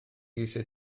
eisiau